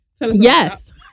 Yes